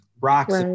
rocks